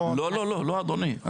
לא, לא אדוני.